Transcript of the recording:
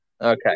Okay